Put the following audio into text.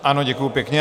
Ano, děkuji pěkně.